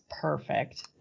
perfect